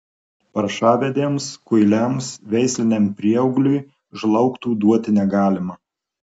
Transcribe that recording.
paršavedėms kuiliams veisliniam prieaugliui žlaugtų duoti negalima